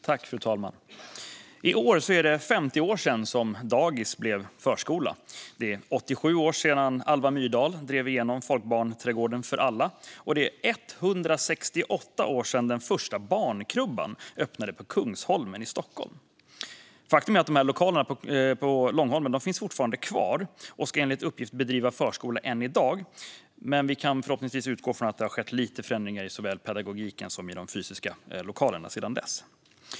Fru talman! I år är det 50 år sedan dagis blev förskola. Det är 87 år sedan Alva Myrdal drev igenom folkbarnträdgården för alla, och det är 168 år sedan den första barnkrubban öppnade på Kungsholmen i Stockholm. Faktum är att lokalerna på Kungsholmen fortfarande finns kvar, och enligt uppgift bedrivs förskola där än i dag. Men vi kan förhoppningsvis utgå från att det skett lite förändringar av såväl pedagogiken som de fysiska lokalerna sedan dess.